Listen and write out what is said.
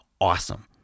Awesome